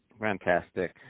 Fantastic